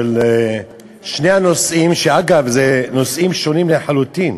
של שני הנושאים, שאגב, הם נושאים שונים לחלוטין?